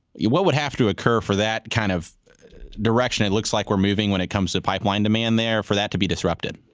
what would have to occur for that kind of direction it looks like we're moving when it comes to pipeline demand there for that to be disrupted?